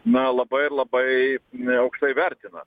na labai labai aukštai vertina